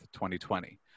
2020